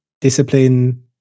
Discipline